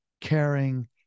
caring